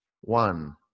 One